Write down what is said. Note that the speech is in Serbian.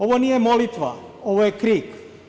Ovo nije molitva, ovo je krik!